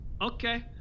Okay